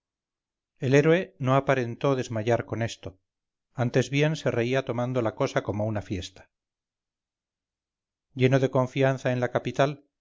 el héroe no aparentó desmayar con esto antes bien se reía tomando la cosa como una fiesta lleno de confianza en la capital